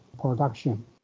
production